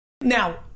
now